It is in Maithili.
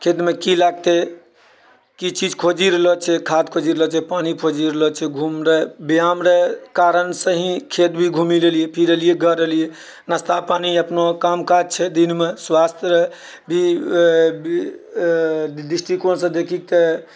खेतमे कि लागतै कि चीज खोजि रहलो छै खाद्य खोजि रहलो छै पानि खोजि रहलो छै घुमिरे व्यायाम रऽ कारणसँ ही खेत भी घुमि लेलिऐ फिर एलिऐ घर नाश्ता पानि अपनो काम काज छै दिनमे स्वास्थ्य रऽ दृष्टिकोणसँ देखिके